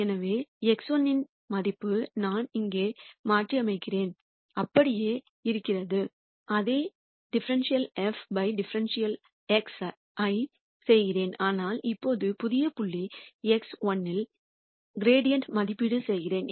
எனவே x1 இன் மதிப்பை நான் இங்கு மாற்றியமைக்கிறேன் the அப்படியே இருக்கிறது அதே ∂f ∂x ஐ செய்கிறேன் ஆனால் இப்போது புதிய புள்ளி x1 இல் கிரீடிஅண்ட் மதிப்பீடு செய்கிறேன்